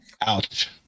Ouch